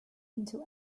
into